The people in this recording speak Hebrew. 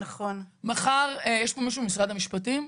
יש פה מישהו ממשרד המשפטים?